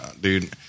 dude